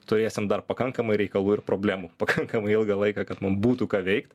turėsim dar pakankamai reikalų ir problemų pakankamai ilgą laiką kad mum būtų ką veikt